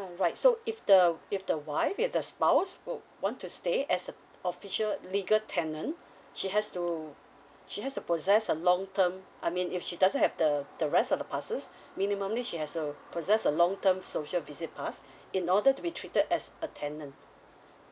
ah right so if the if the wife is the spouse would want to stay as a official legal tenant she has to she has to possess a long term I mean if she doesn't have the the rest of the passes minimally she has uh to possess a long term social visit pass in order to be treated as a tenant